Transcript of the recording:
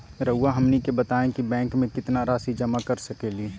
रहुआ हमनी के बताएं कि बैंक में कितना रासि जमा कर सके ली?